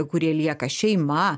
kurie lieka šeima